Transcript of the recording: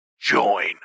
join